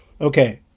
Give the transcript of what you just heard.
okay